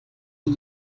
nie